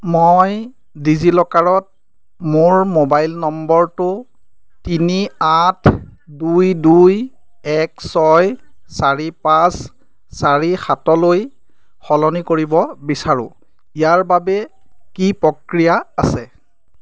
মই ডিজিলকাৰত মোৰ মোবাইল নম্বৰটো তিনি আঠ দুই দুই এক ছয় চাৰি পাঁচ চাৰি সাতলৈ সলনি কৰিব বিচাৰোঁ ইয়াৰ বাবে কি প্ৰক্ৰিয়া আছে